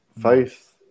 faith